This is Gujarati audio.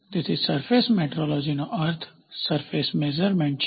તેથી સરફેસ મેટ્રોલોજીનો અર્થ સરફેસ મેઝરમેન્ટ છે